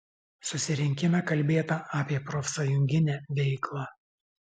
susirinkime kalbėta apie profsąjunginę veiklą